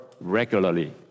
regularly